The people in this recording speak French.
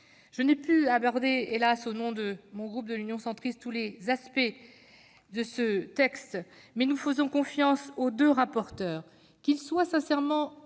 Je n'ai pu aborder, hélas ! au nom du groupe Union Centriste, tous les aspects de ce texte, mais nous faisons confiance aux deux rapporteurs. Qu'ils soient sincèrement